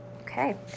Okay